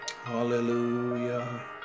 Hallelujah